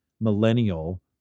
millennial